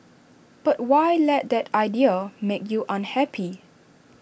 but why let that idea make you unhappy